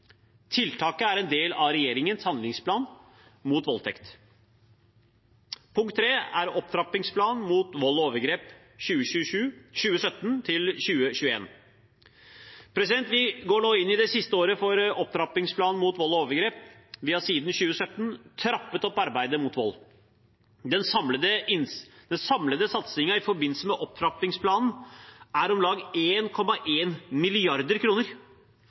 Tiltaket er en del av regjeringens handlingsplan mot voldtekt. Punkt 3 er opptrappingsplanen mot vold og overgrep 2017–2021. Vi går nå inn i det siste året for opptrappingsplanen mot vold og overgrep. Vi har siden 2017 trappet opp arbeidet mot vold. Den samlede satsingen i forbindelse med opptrappingsplanen er på om lag